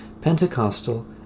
Pentecostal